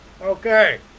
Okay